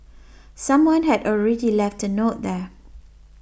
someone had already left a note there